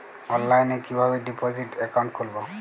অনলাইনে কিভাবে deposit account খুলবো?